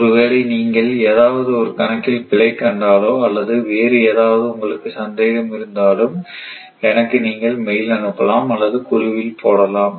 ஒருவேளை நீங்கள் ஏதாவது ஒரு கணக்கில் பிழை கண்டாலோ அல்லது வேறு ஏதாவது உங்களுக்கு சந்தேகம் இருந்தாலும் எனக்கு நீங்கள் மெயில் அனுப்பலாம் அல்லது குழுவில் போடலாம்